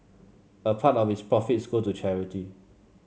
a part of its profits go to charity